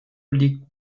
liegt